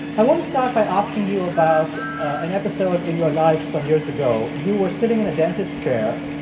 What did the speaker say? i want to start by asking you about an episode in your life some years ago. you were sitting in a dentist's chair,